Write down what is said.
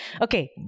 Okay